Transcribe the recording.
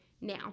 now